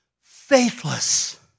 faithless